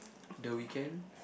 the Weekend